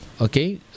Okay